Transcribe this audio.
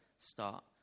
start